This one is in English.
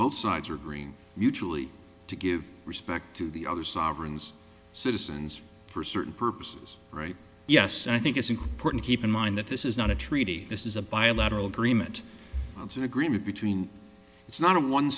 both sides are green mutually to give respect to the other sovereigns citizens for certain purposes right yes i think it's important keep in mind that this is not a treaty this is a bilateral agreement it's an agreement between it's not a one